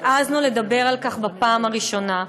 העזנו לדבר על כך בפעם הראשונה,